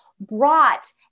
brought